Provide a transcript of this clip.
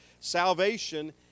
salvation